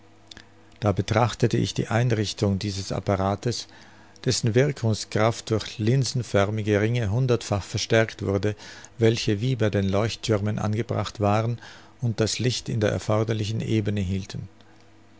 da betrachtete ich die einrichtung dieses apparates dessen wirkungskraft durch linsenförmige ringe hundertfach verstärkt wurde welche wie bei den leuchtthürmen angebracht waren und das licht in der erforderlichen ebene hielten